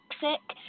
toxic